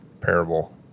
parable